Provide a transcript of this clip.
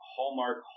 Hallmark